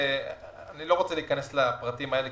אני לא רוצה להיכנס לפרטים האלה,